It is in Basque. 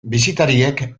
bisitariek